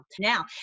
now